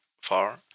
far